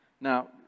Now